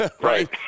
Right